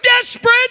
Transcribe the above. Desperate